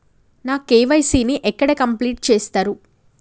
నా కే.వై.సీ ని ఎక్కడ కంప్లీట్ చేస్తరు?